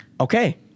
okay